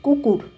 কুকুর